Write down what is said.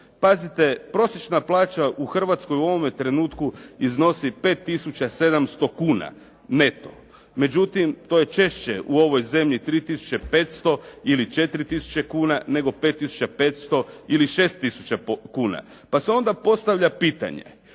pazite prosječna plaća u Hrvatskoj u ovom trenutku iznosi 5 tisuća 700 kuna neto. Međutim, to je češće u ovoj zemlji 3 tisuće 500 ili 4 tisuća kuna nego 5 tisuća 500 ili 6 tisuća kuna. Pa se onda postavlja pitanje.